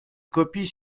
copies